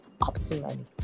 optimally